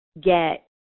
get